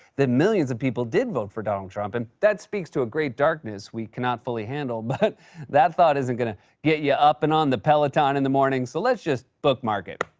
that millions of people did vote for donald trump, and that speaks to a great darkness we cannot fully handle, but that thought isn't going to get you up and on the peloton in the morning. so let's just bookmark it.